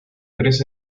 tres